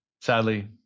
sadly